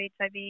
HIV